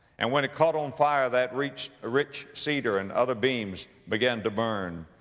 and when it caught on fire, that reach, rich cedar and other beams began to burn.